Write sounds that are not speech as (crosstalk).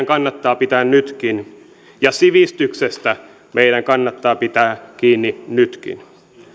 (unintelligible) kannattaa pitää nytkin ja sivistyksestä meidän kannattaa pitää kiinni nytkin